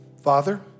Father